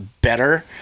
better